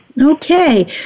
Okay